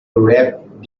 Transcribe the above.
wrap